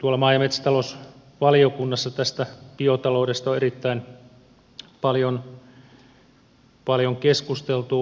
tuolla maa ja metsätalousvaliokunnassa tästä biotaloudesta on erittäin paljon keskusteltu